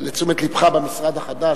לתשומת לבך במשרד החדש.